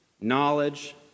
knowledge